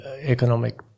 economic